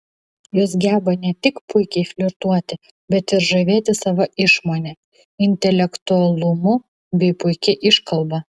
jos geba ne tik puikiai flirtuoti bet ir žavėti sava išmone intelektualumu bei puikia iškalba